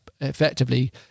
effectively